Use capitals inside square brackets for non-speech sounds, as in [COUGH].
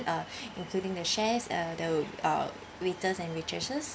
uh [BREATH] including the chef uh the uh waiters and waitresses